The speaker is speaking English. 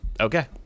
okay